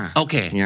okay